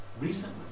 recently